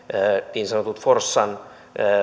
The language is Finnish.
niin sanotut forssan